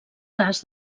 cas